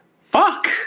Fuck